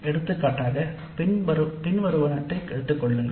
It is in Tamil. எடுத்துக்காட்டாக பின்வருவனவற்றைக் எடுத்துக்கொள்ளுங்கள்